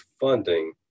funding